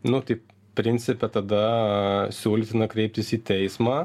nu taip principe tada siūlytina kreiptis į teismą